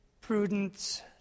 prudence